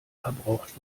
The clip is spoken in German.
verbraucht